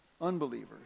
unbelievers